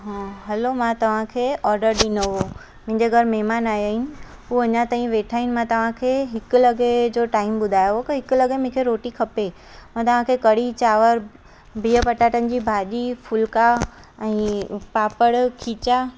हा हैलो मां तव्हांखे ऑडर ॾिनो मुंहिंजे घर महिमान आया आहिनि उहा अञा ताईं वेठा आहिनि मां तव्हांखे हिकु लॻे जो टाइम ॿुधायो की हिकु लॻे मूंखे रोटी खपे मां तव्हांखे कढ़ी चांवर बिहु पटाटनि जी भाॼी फुल्का ऐं पापड़ खीचा